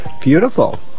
Beautiful